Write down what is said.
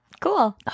cool